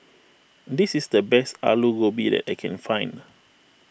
this is the best Alu Gobi that I can find